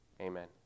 amen